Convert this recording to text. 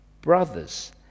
brothers